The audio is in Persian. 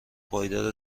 پایدار